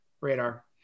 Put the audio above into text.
radar